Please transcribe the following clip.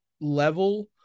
level